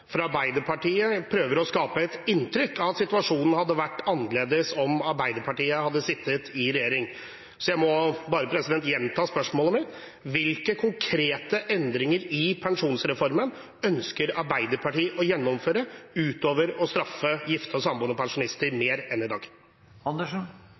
Arbeiderpartiet prøver å skape et inntrykk av at situasjonen hadde vært annerledes om Arbeiderpartiet hadde sittet i regjering. Så jeg må bare gjenta spørsmålet mitt: Hvilke konkrete endringer i pensjonsreformen ønsker Arbeiderpartiet å gjennomføre utover å straffe gifte og samboende pensjonister